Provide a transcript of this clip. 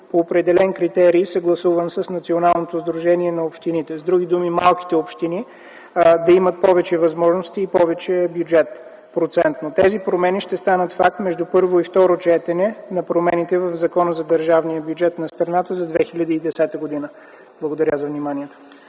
по определен критерий, съгласуван с Националното сдружение на общините. С други думи, малките общини да имат повече възможности и повече бюджет процентно. Тези промени ще станат факт между първо и второ четене на промените в Закона за държавния бюджет на страната за 2010 г. Благодаря за вниманието.